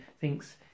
think's